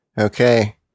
Okay